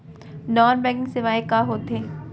Non banking सेवाएं का होथे?